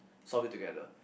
solve it together